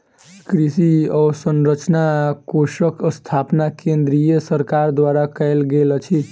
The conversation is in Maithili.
कृषि अवसंरचना कोषक स्थापना केंद्रीय सरकार द्वारा कयल गेल अछि